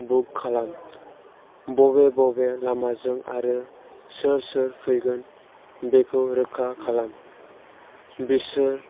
book खालाम बबे बबे लामाजों आरो सोर सोर फैगोन बेखौ रोखा खालाम बिसोर